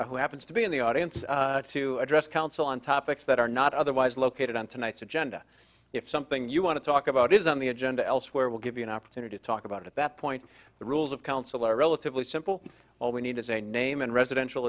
public who happens to be in the audience to address council on topics that are not otherwise located on tonight's agenda if something you want to talk about is on the agenda elsewhere will give you an opportunity to talk about it at that point the rules of counsel are relatively simple all we need is a name and residential